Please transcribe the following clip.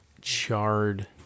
charred